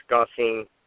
discussing